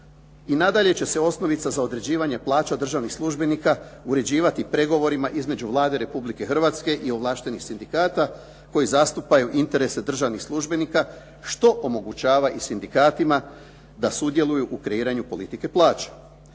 i nadalje će se osnovica za određivanje plaća državnih službenika uređivati pregovorima između Vlade Republike Hrvatske i ovlaštenih sindikata koji zastupaju interese državnih službenika što omogućava i sindikatima da sudjeluju u kreiranju politike plaća.